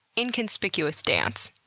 inconspicuous dance.